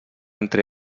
entre